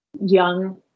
young